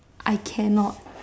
I cannot